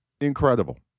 Incredible